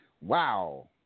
Wow